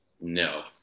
No